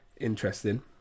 interesting